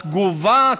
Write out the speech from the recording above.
התגובה,